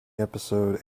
episode